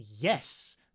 yes